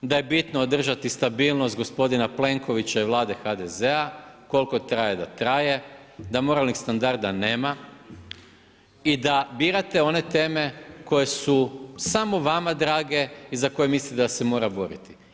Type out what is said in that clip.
da je bitno održati stabilnost gospodina Plenkovića i vlade HDZ-a, kolko traje da traje, da moralnih standarda nema i da birate one teme koje su samo vama drage i za koje mislite da se mora boriti.